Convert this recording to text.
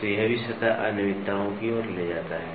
तो यह भी सतह अनियमितताओं की ओर जाता है